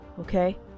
okay